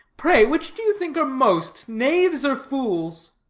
pray, which do you think are most, knaves or fools?